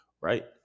right